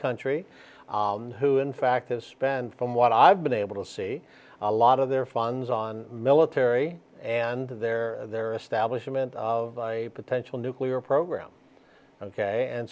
country who in fact has spent from what i've been able to see a lot of their funds on military and their their establishment of a potential nuclear program